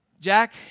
Jack